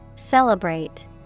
Celebrate